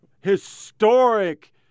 historic